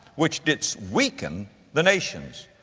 which didst weaken the nations!